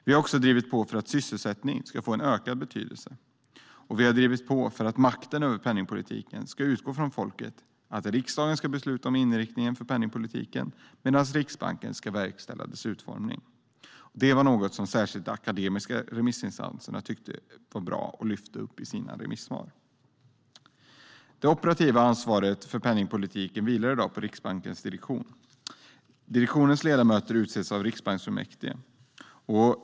Vi har också drivit på för att sysselsättning ska få en ökad betydelse, och vi har drivit på för att makten över penningpolitiken ska utgå från folket. Riksdagen ska besluta om inriktningen för penningpolitiken medan Riksbanken ska verkställa dess utformning. Det var något som särskilt de akademiska remissinstanserna tyckte var bra och lyfte fram i sina remisssvar. Det operativa ansvaret för penningpolitiken vilar i dag på Riksbankens direktion. Direktionens ledamöter utses av riksbanksfullmäktige.